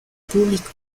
público